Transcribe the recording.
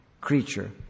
creature